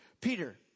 Peter